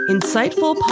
Insightful